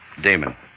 Damon